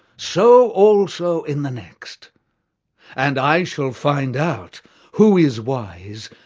so also in the next and i shall find out who is wise,